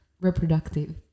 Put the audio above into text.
reproductive